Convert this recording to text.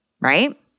right